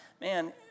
man